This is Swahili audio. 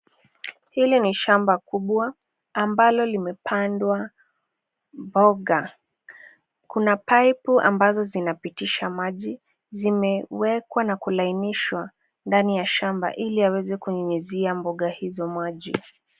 Hili ni shamba kubwa ambalo limepandwa mboga. Kuna pipe ambazo zinapitisha maji zimewekwa na kulainishwa ndani ya shamba ili yaweze kunyunyizia mboga hizo maji.